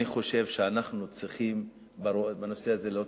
אני חושב שאנחנו צריכים בנושא הזה לראות